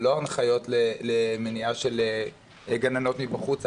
ללא הנחיות למניעה של גננות מבחוץ,